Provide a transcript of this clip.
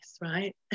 right